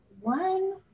one